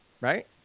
Right